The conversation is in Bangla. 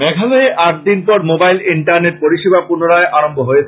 মেঘালয়ে আট দিন পর মোবাইল ইন্টারনেট সেবা পুনরায় আরম্ভ হয়েছে